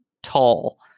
tall